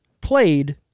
played